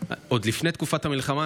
עוד לפני תקופת המלחמה,